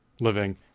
living